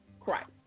christ